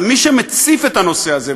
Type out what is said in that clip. אבל מי שמציף את הנושא הזה,